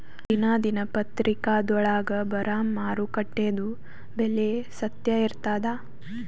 ದಿನಾ ದಿನಪತ್ರಿಕಾದೊಳಾಗ ಬರಾ ಮಾರುಕಟ್ಟೆದು ಬೆಲೆ ಸತ್ಯ ಇರ್ತಾದಾ?